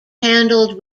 handled